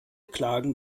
klagen